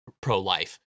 pro-life